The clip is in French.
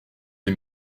des